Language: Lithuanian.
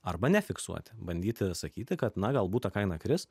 arba nefiksuoti bandyti sakyti kad na galbūt ta kaina kris